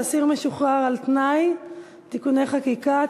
אסיר משוחרר על-תנאי (תיקוני חקיקה),